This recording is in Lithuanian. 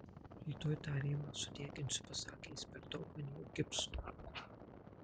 rytoj tą rėmą sudeginsiu pasakė jis per daug ant jo gipso